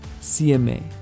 CMA